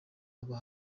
haba